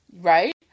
Right